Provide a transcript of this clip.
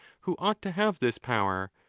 who ought to have this power,